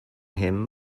him